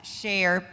share